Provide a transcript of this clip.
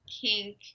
kink